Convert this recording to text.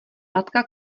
matka